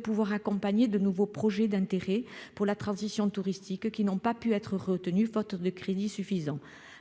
de pouvoir accompagner de nouveaux projets d'intérêt pour la transition touristique qui n'ont pas pu être faute de crédits suffisants